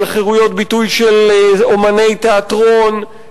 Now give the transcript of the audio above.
על חירויות ביטוי של אמני תיאטרון,